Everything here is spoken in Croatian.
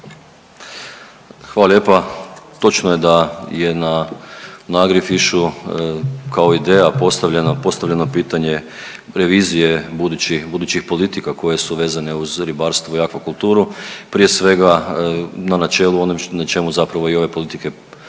Hvala lijepa. Točno je da je na, na AGRIFISH-u kao ideja postavljena, postavljeno pitanje revizije budućih, budućih politika koje su vezane uz ribarstvo i akvakulturu, prije svega na načelu onom na čemu zapravo i ove politike počivaju,